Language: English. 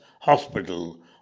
hospital